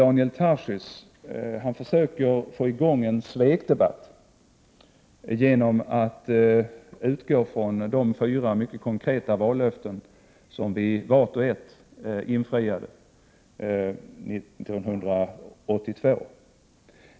Daniel Tarschys försöker att få i gång en svekdebatt genom att utgå ifrån de fyra mycket konkreta vallöften som vart och ett infriades 1982.